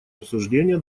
обсуждения